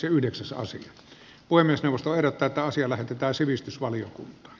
puhemiesneuvosto ehdottaa että asia lähetetään sivistysvaliokuntaan